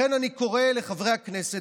לכן אני קורא לחברי הכנסת,